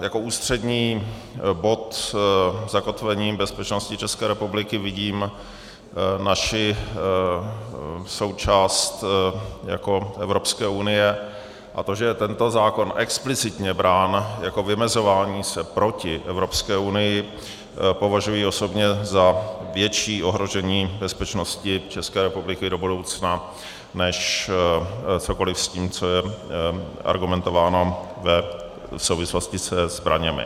Jako ústřední bod zakotvení bezpečnosti České republiky vidím naši součást jako Evropské unie a to, že je tento zákon explicitně brát jako vymezování se proti Evropské unii, považuji osobně za větší ohrožení bezpečnosti České republiky do budoucna než cokoliv s tím, co je argumentováno v souvislosti se zbraněmi.